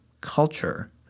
culture